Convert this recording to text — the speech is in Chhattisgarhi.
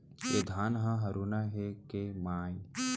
ए धान ह हरूना हे के माई?